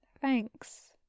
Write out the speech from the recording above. thanks